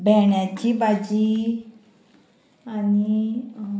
भेंण्यांची भाजी आनी